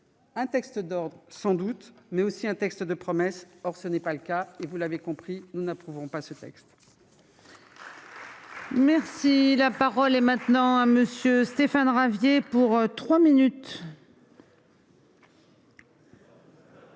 un texte d'ordre, sans doute, mais aussi comme un texte de promesses, ce qu'il n'est pas. Vous l'avez compris, nous n'approuvons pas ce texte.